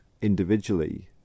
individually